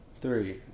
three